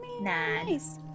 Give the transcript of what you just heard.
Nice